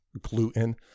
gluten